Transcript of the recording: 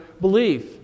belief